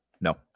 no